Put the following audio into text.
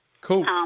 Cool